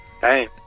Hey